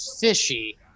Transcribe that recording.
fishy –